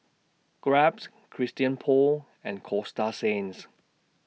Grabs Christian Paul and Coasta Sands